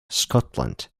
scotland